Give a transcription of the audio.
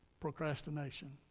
Procrastination